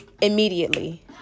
immediately